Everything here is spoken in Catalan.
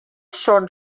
són